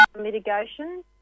mitigation